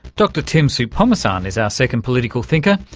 dr tim soutphommasane is our second political thinker.